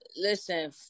listen